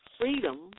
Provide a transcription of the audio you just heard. freedom